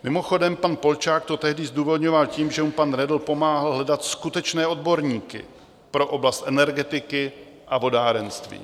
Mimochodem pan Polčák to tehdy zdůvodňoval tím, že mu pan Redl pomáhal hledat skutečné odborníky pro oblast energetiky a vodárenství.